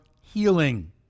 healing